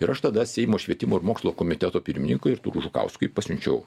ir aš tada seimo švietimo ir mokslo komiteto pirmininkui artūrui žukauskui pasiunčiau